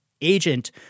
agent